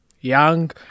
young